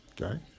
okay